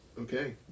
okay